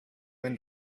and